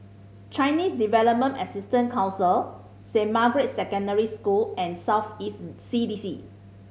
Chinese Development Assistance Council Saint Margaret's Secondary School and South East C D C